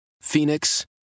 Phoenix